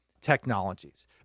technologies